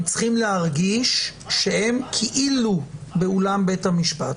הם צריכים להרגיש שהם כאילו באולם בית המשפט.